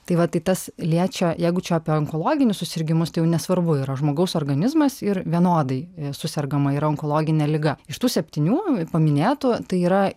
tai va tai tas liečia jeigu čia apie onkologinius susirgimus tai jau nesvarbu yra žmogaus organizmas ir vienodai susergama yra onkologine liga iš tų septynių paminėtų tai yra